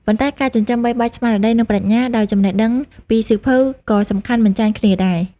ប៉ុន្តែ ការចិញ្ចឹមបីបាច់ស្មារតី និងប្រាជ្ញាដោយចំណេះដឹងពីសៀវភៅក៏សំខាន់មិនចាញ់គ្នាដែរ។